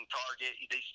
target